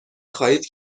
خواهید